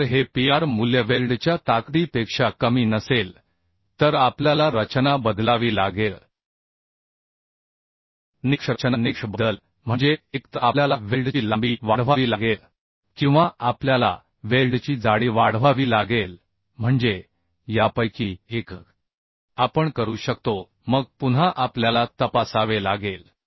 जर हे Pr मूल्य वेल्डच्या ताकदीपेक्षा कमी नसेल तर आपल्याला रचना बदलावी लागेल निकष रचना निकष बदल म्हणजे एकतर आपल्याला वेल्डची लांबी वाढवावी लागेल किंवा आपल्याला वेल्डची जाडी वाढवावी लागेल म्हणजे यापैकी एक आपण करू शकतो मग पुन्हा आपल्याला तपासावे लागेल